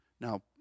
Now